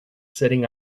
sitting